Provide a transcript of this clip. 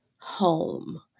home